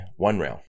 OneRail